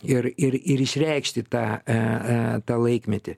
ir ir ir išreikšti tą e e tą laikmetį